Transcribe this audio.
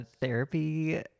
therapy